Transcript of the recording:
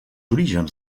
orígens